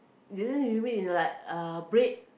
later you mean like uh bread